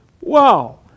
Wow